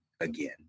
again